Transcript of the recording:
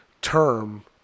term